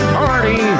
party